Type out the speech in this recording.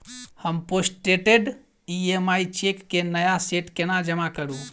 हम postdated EMI cheque केँ नया सेट केना जमा करू?